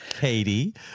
Katie